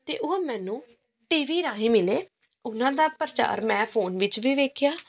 ਅਤੇ ਉਹ ਮੈਨੂੰ ਟੀ ਵੀ ਰਾਹੀਂ ਮਿਲੇ ਉਹਨਾਂ ਦਾ ਪ੍ਰਚਾਰ ਮੈਂ ਫੋਨ ਵਿੱਚ ਵੀ ਵੇਖਿਆ